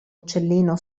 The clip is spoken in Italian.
uccellino